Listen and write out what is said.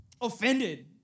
offended